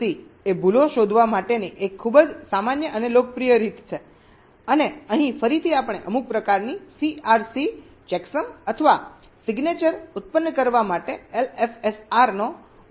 CRC એ ભૂલો શોધવા માટેની એક ખૂબ જ સામાન્ય અને લોકપ્રિય રીત છે અને અહીં ફરીથી આપણે અમુક પ્રકારની સીઆરસી ચેકસમ અથવા સહી પેદા કરવા માટે એલએફએસઆરનો ઉપયોગ કરીએ છીએ